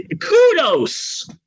kudos